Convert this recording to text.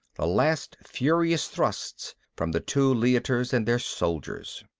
the last furious thrusts from the two leiters and their soldiers.